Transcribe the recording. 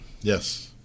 Yes